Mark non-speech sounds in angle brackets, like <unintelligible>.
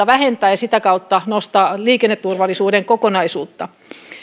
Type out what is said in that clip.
<unintelligible> vähentää ohitustarvetta ja sitä kautta nostaa liikenneturvallisuuden kokonaisuutta